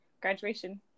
graduation